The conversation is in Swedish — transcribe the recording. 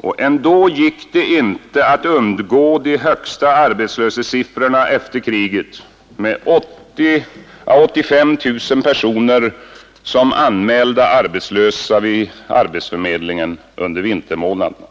Och ändå gick det inte att undgå de högsta arbetslöshetssiffrorna efter kriget med 80 000 å 85 000 personer som anmälda arbetslösa vid arbetsförmedlingen under vintermånaderna.